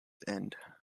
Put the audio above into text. end